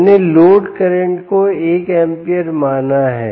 मैंने load current को 1 amp माना है